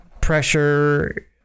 pressure